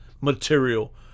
material